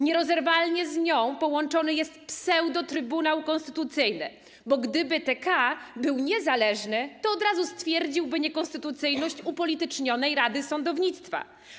Nierozerwalnie z nią połączony jest pseudo-trybunał Konstytucyjny, bo gdyby TK był niezależny, to od razu stwierdziłby niekonstytucyjność upolitycznionej rady sądownictwa.